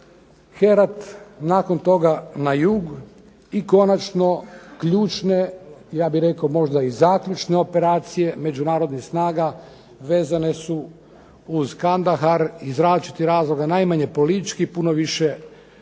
Herad, nakon toga na jug i konačno ključne, ja bih rekao možda i zaključne operacije međunarodnih snaga vezane su uz Kandahar iz različitih razloga. Najmanje politički, puno više činjenice